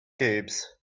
cubes